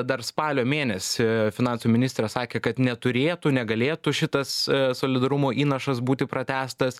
dar spalio mėnesį finansų ministras sakė kad neturėtų negalėtų šitas solidarumo įnašas būti pratęstas